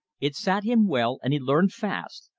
it sat him well, and he learned fast,